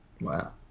Wow